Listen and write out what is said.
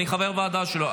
אני חבר הוועדה שלו.